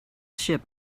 ship